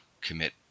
commit